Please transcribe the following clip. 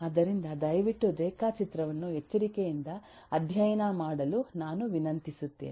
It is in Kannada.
ಆದ್ದರಿಂದ ದಯವಿಟ್ಟು ರೇಖಾಚಿತ್ರವನ್ನು ಎಚ್ಚರಿಕೆಯಿಂದ ಅಧ್ಯಯನ ಮಾಡಲು ನಾನು ವಿನಂತಿಸುತ್ತೇನೆ